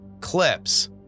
clips